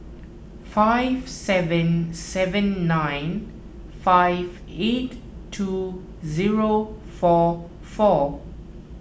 five seven seven nine five eight two zero four four